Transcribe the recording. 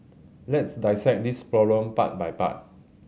let's dissect this problem part by part